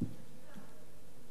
סעיפים 1